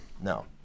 no